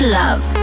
love